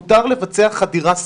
מותר לבצע חדירה סמויה,